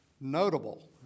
notable